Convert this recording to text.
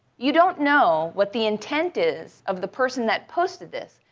you don't know what the intent is of the person that posted this,